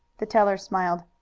the teller smiled.